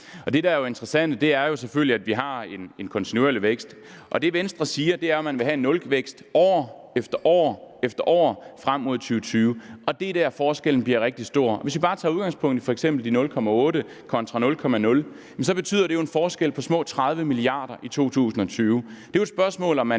Det, der jo er det interessante, er selvfølgelig, at vi har en kontinuerlig vækst. Det, Venstre siger, er, at man vil have en nulvækst år efter år efter år frem mod 2020. Det er der, forskellen bliver rigtig stor. Hvis vi bare tager udgangspunkt i f.eks. de 0,8 pct. kontra de 0,0 pct., så betyder det jo en forskel på små 30 mia. kr. i 2020. Det er jo et spørgsmål, om man